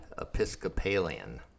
Episcopalian